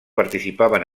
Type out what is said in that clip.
participaven